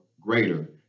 greater